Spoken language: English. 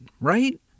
right